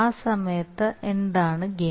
ആ സമയത്ത് എന്താണ് ഗെയിൻ